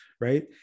right